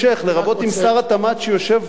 לרבות עם שר התמ"ת שיושב פה.